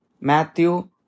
Matthew